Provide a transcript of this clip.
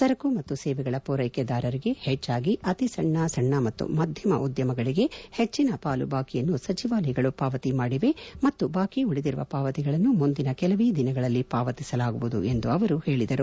ಸರಕು ಮತ್ತು ಸೇವೆಗಳ ಪೂರೈಕೆದಾರರಿಗೆ ಹೆಚ್ಚಾಗಿ ಅತಿ ಸಣ್ಣ ಸಣ್ಣ ಮತ್ತು ಮಧ್ಯಮ ಉದ್ಯಮಗಳಿಗೆ ಹೆಚ್ಚಿನ ಪಾಲು ಬಾಕಿಯನ್ನು ಸಚಿವಾಲಯಗಳು ಪಾವತಿ ಮಾದಿವೆ ಮತ್ತು ಬಾಕಿ ಉಳಿದಿರುವ ಪಾವತಿಗಳನ್ನು ಮುಂದಿನ ಕೆಲವೇ ದಿನಗಳಲ್ಲಿ ಪಾವತಿಸಲಾಗುವುದು ಎಂದು ಅವರು ಹೇಳಿದರು